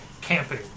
Camping